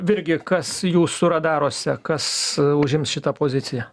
virgi kas jūsų radaruose kas užims šitą poziciją